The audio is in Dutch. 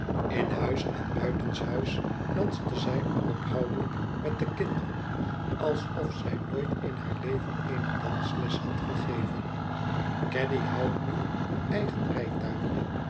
in huis en buitenshuis danste zij onophoudelijk met de kinderen alsof zij nooit in haar leven eene dansles had gegeven caddy houdt nu een eigen rijtuigje